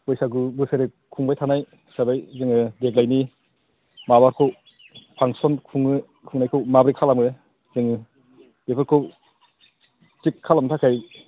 बैसागु बोसोरै खुंबाय थानाय हिसाबै जोङो देग्लायनि माबाखौ फांसन खुंनो खुंनायखौ माब्रै खालामो जोङो बेफोरखौ थिख खालामनो थाखाय